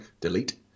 delete